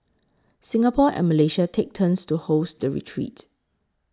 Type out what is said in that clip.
Singapore and Malaysia take turns to host the retreat